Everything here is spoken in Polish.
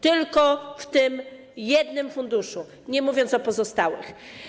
Tylko w tym jednym funduszu, nie mówiąc o pozostałych.